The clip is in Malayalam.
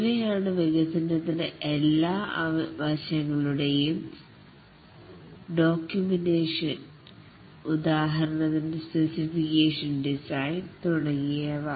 ഇവയാണ് വികസനത്തിന് എല്ലാ വശങ്ങളുടെയും ഡോക്യൂമെന്റഷൻ ഉദാഹരണത്തിന് സ്പെസിഫിക്കേഷൻ ഡിസൈൻ തുടങ്ങിയവ